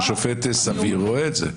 שופט סביר רואה את זה.